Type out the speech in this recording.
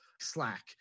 Slack